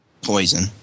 poison